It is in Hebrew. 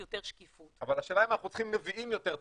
יותר שקיפות --- אבל השאלה אם אנחנו צריכים נביאים יותר טובים,